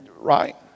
right